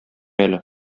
әле